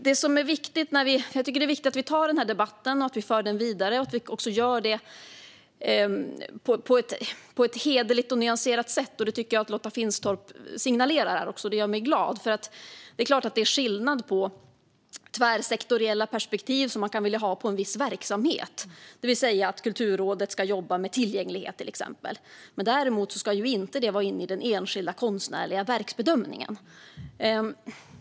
Jag tycker att det är viktigt att vi tar den här debatten och att vi för den vidare och att vi gör det på ett hederligt och nyanserat sätt. Det tycker jag att också Lotta Finstorp signalerar. Det gör mig glad. Det är klart att det är skillnad. Man kan vilja ha tvärsektoriella perspektiv på en viss verksamhet, till exempel att Kulturrådet ska jobba med tillgänglighet. Det ska däremot inte vara inne i den enskilda konstnärliga verksbedömningen.